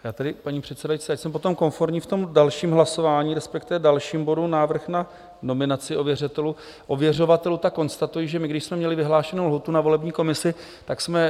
Já tedy, paní předsedající, ať jsem potom konformní v dalším hlasování, respektive dalším bodu Návrh na nominaci ověřovatelů, tak konstatuji, že když jsme měli vyhlášenou lhůtu na volební komisi, tak jsme...